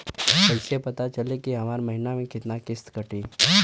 कईसे पता चली की हमार महीना में कितना किस्त कटी?